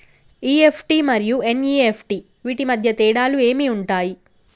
EFT మరియు NEFT వీటి మధ్య తేడాలు ఏమి ఉంటాయి?